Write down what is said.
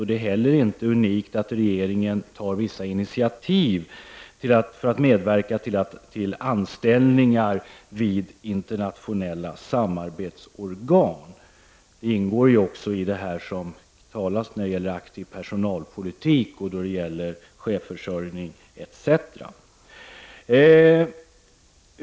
Det är heller inte unikt att regeringen tar vissa initiativ för att medverka till tillsättningar vid internationella samarbetsorgan. Det ingår ju också, som det har talats om, i detta med aktiv personalpolitik, chefförsörjning etc.